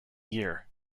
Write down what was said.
year